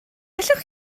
allwch